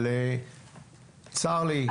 אבל צר לי,